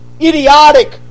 idiotic